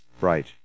Right